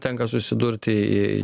tenka susidurti